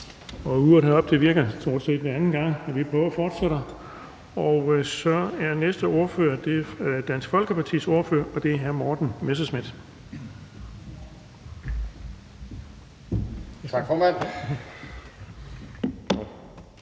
Uret heroppe virker stort set hver anden gang, så vi prøver at fortsætte. Næste ordfører er Dansk Folkepartis ordfører, og det er hr. Morten Messerschmidt. Kl.